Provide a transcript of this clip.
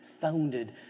founded